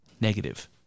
negative